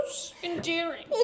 endearing